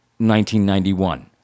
1991